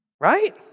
Right